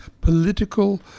political